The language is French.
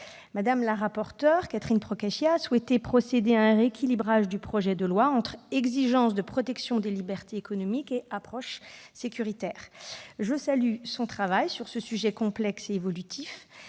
Mme le rapporteur Catherine Procaccia a souhaité procéder à un rééquilibrage de ce texte, entre exigence de protection des libertés économiques et approche sécuritaire. Je salue son travail sur ce sujet complexe et évolutif.